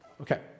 Okay